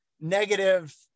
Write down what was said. negative